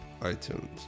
iTunes